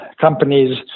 companies